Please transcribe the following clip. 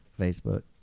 facebook